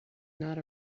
not